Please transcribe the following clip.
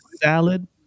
salad